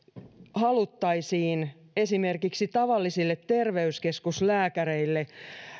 haluttaisiin esimerkiksi tavallisille terveyskeskuslääkäreille